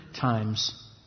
times